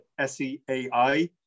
SEAI